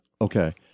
Okay